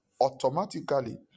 automatically